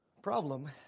problem